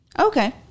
Okay